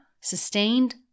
sustained